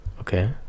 Okay